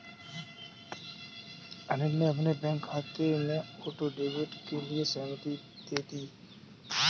अनिल ने अपने बैंक खाते में ऑटो डेबिट के लिए सहमति दे दी